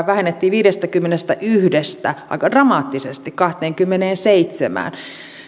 määrää vähennettiin viidestäkymmenestäyhdestä aika dramaattisesti kahteenkymmeneenseitsemään